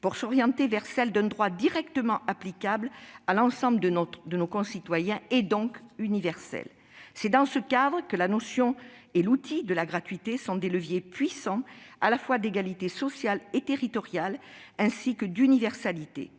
pour s'orienter vers celle d'un droit directement applicable à l'ensemble de nos concitoyens et, donc, universel. C'est dans ce cadre que la notion et l'outil de la gratuité sont des leviers puissants, à la fois d'égalité sociale et territoriale, ainsi que d'universalité.